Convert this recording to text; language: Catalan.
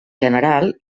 general